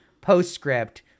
postscript